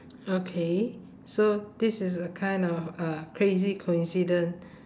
okay so this is a kind of uh crazy coincidence